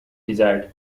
desired